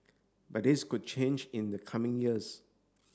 but this could change in the coming years